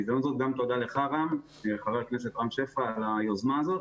תודה לך, חבר הכנסת רם שפע, על היוזמה הזאת.